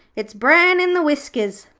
it's bran in the whiskers'.